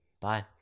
Bye